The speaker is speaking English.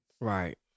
Right